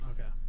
Okay